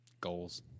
goals